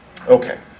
okay